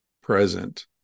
present